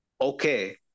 okay